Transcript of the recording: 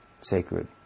sacred